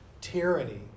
tyranny